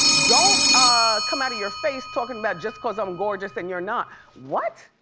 don't ah come out of your face talking about, just cause i'm gorgeous and you're not. what?